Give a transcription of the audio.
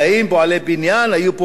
היו פה עובדים בארץ הזאת.